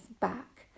back